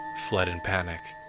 fled in panic.